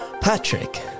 Patrick